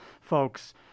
folks